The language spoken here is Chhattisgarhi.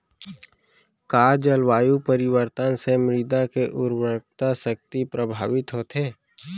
का जलवायु परिवर्तन से मृदा के उर्वरकता शक्ति प्रभावित होथे?